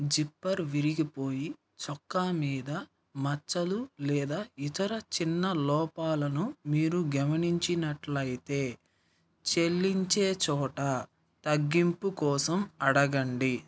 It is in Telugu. జిప్పర్ విరిగిపోయి చొక్కా మీద మచ్చలు లేదా ఇతర చిన్న లోపాలను మీరు గమనించినట్లు అయితే చెల్లించే చోట తగ్గింపు కోసం అడగండి